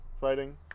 fighting